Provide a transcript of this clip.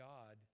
God